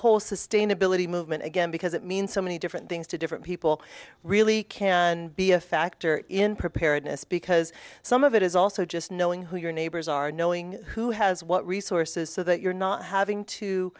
whole sustainability movement again because it means so many different things to different people really can be a factor in preparedness because some of it is also just knowing who your neighbors are knowing who has what resources so that you're not having to